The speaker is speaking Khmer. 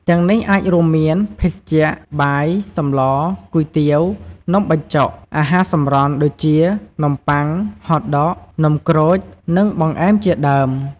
ទាំងនេះអាចរួមមាន ភេសជ្ជៈ បាយ សម្ល គុយទាវ នំបញ្ចុក អាហារសម្រន់ ដូចជា នំបុ័ង ហតដក នំក្រូច និងបង្អែមជាដើម។